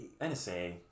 NSA